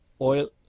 oil